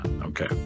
Okay